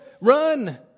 Run